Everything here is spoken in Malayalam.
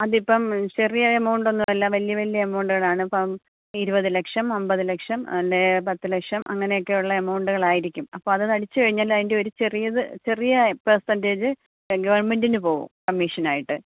അതിപ്പം ചെറിയ എമൗണ്ടൊന്നുമല്ല വലിയ വലിയ എമൗണ്ടുകളാണ് ഇപ്പം ഇരുപത് ലക്ഷം അമ്പത് ലക്ഷം അല്ലേൽ പത്ത് ലക്ഷം അങ്ങനെയൊക്കെയുള്ള എമൗണ്ടുകളായിരിക്കും അപ്പോൾ അതടിച്ചു കഴിഞ്ഞാൽ അതിൻ്റെ ഒരു ചെറിയത് ചെറിയ പേർസൻറ്റേജ് ഗവർണ്മെന്റിന് പോകും കമ്മീഷനായിട്ട്